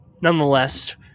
nonetheless